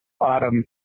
autumn